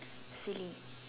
silly